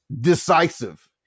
decisive